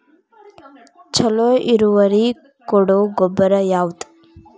ಛಲೋ ಇಳುವರಿ ಕೊಡೊ ಗೊಬ್ಬರ ಯಾವ್ದ್?